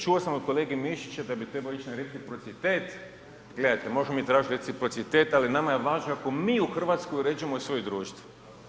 Čuo sam od kolege Mišića da bi trebao ići na reciprocitet, gledajte možemo mi tražiti reciprocitet, ali nama je važno ako mi u Hrvatskoj uređujemo i svoje društvo.